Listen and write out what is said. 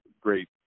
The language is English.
great